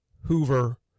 Hoover